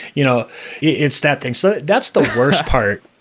you know it's that thing. so that's the worst part.